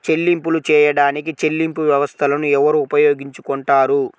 చెల్లింపులు చేయడానికి చెల్లింపు వ్యవస్థలను ఎవరు ఉపయోగించుకొంటారు?